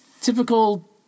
typical